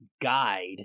guide